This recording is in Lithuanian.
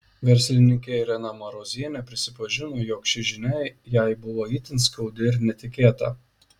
verslininkė irena marozienė prisipažino jog ši žinia jai buvo itin skaudi ir netikėta